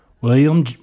William